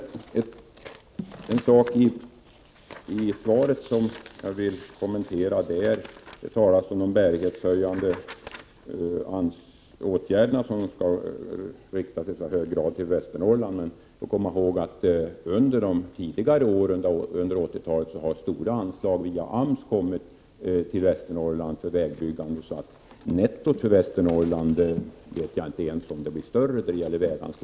En sak i svaret som jag vill kommentera är de bärighetshöjande åtgärder som det talas om skall i så hög grad riktas till Västernorrland. Vi skall dock komma ihåg att under 80-talets tidigare år har stora anslag via AMS kommit till Västernorrland för vägbyggande, så jag vet inte ens om nettot av väganslagen blir större för Västernorrland.